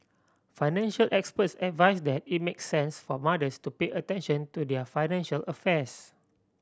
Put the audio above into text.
financial experts advise that it makes sense for mothers to pay attention to their financial affairs